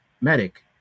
Medic